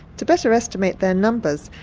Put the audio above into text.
to better estimate their numbers,